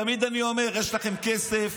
תמיד אני אומר: יש לכם כסף,